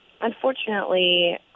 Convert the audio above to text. unfortunately